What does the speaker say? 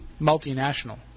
multinational